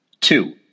Two